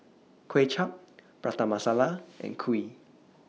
Kuay Chap Prata Masala and Kuih